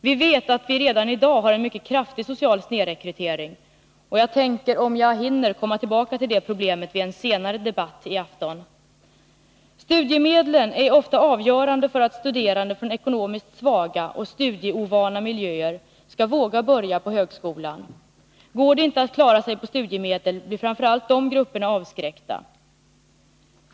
Vi vet att vi redan i dag har en mycket kraftig social snedrekrytering, och jag tänker, om jag hinner, komma tillbaka till det problemet vid en senare debatt här i afton. Studiemedlen är ofta avgörande för att studerande från ekonomiskt svaga och studieovana miljöer skall våga börja på högskolan. Går det inte att klara sig på studiemedel blir framför allt de grupperna avskräckta.